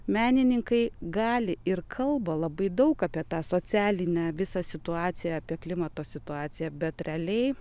menininkai gali ir kalba labai daug apie tą socialinę visą situaciją apie klimato situaciją bet realiai